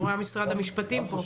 אני רואה את משרד המשפטים פה.